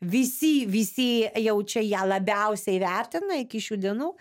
visi visi jaučia ją labiausiai vertina iki šių dienų